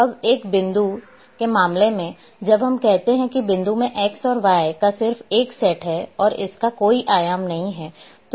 अब एक बिंदु के मामले में जब हम कहते हैं कि बिंदु में X और Y का सिर्फ एक सेट है और इसका कोई आयाम नहीं है